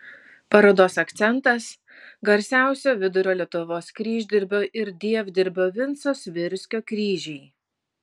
parodos akcentas garsiausio vidurio lietuvos kryždirbio ir dievdirbio vinco svirskio kryžiai